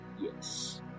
Yes